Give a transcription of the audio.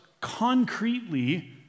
concretely